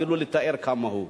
שאפילו אי-אפשר לתאר כמה הוא.